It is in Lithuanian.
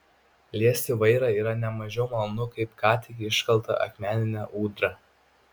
liesti vairą yra ne mažiau malonu kaip ką tik iškaltą akmeninę ūdrą